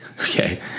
Okay